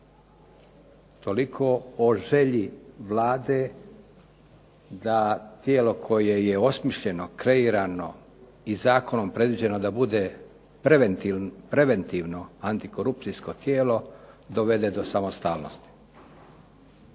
Toliko o želji Vlade da tijelo koje je osmišljeno, kreirano i zakonom predviđeno da bude preventivno antikorupcijsko tijelo dovede do samostalnosti.